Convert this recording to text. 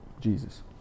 Jesus